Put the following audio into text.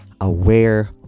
aware